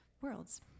worlds